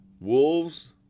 wolves